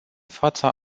fața